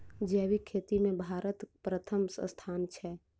जैबिक खेती मे भारतक परथम स्थान छै